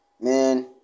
man